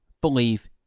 Believe